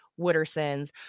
Woodersons